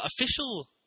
official